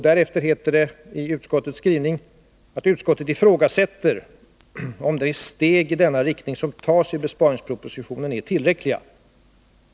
Därefter heter det i utskottets skrivning: ”Utskottet ifrågasätter om de steg i denna riktning som tas i besparingspropositionen är tillräckliga.